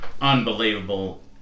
unbelievable